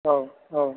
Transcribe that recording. औ औ